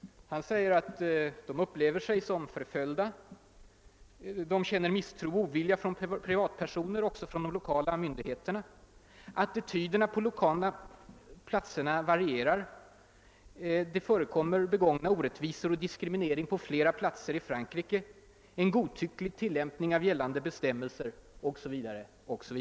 Olin säger att zigenarna upplever sig som förföljda, de känner misstro och ovilja från privatpersoners och även från lokala myndigheters sida. Attityderna varierar på olika håll; det förekommer orättvisor och diskriminering på flera platser i Frankrike, en godtycklig tillämpning av gällande bestämmelser o.s.v.